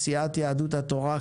מסיעת יהדות התורה,